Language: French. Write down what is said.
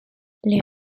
les